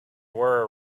were